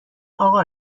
آقا